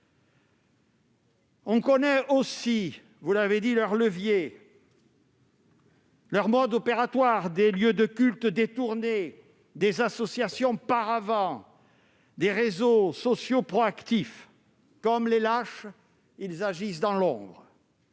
On connaît aussi leurs leviers et leur mode opératoire : des lieux de culte détournés, des associations paravents et des réseaux sociaux proactifs. Comme les lâches, ils agissent dans l'ombre.